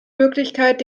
möglichkeit